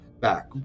back